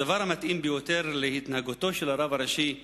לתיאור התנהגותו של הרב הראשי הספרדי,